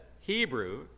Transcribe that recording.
Hebrew